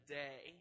day